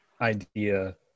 idea